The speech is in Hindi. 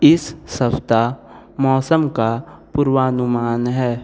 इस सप्ताह मौसम का पूर्वानुमान है